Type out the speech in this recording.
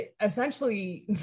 essentially